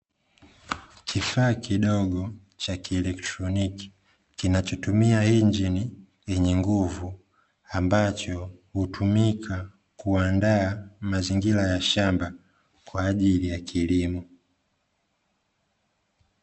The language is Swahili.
Kifaa kidogo cha kielektroniki kinachotumia injini yenye nguvu, ambacho hutumika kuandaa mazingira ya shamba kwa ajili ya kilimo.